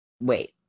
Wait